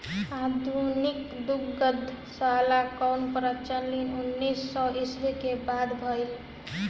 आधुनिक दुग्धशाला कअ प्रचलन उन्नीस सौ ईस्वी के बाद भइल